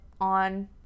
on